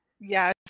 yes